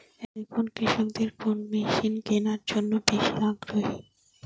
এখন কৃষকদের কোন মেশিন কেনার জন্য বেশি আগ্রহী?